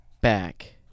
back